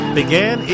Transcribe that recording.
began